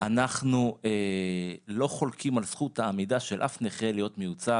לא חולקים על זכות העמידה של אף נכה להיות מיוצג,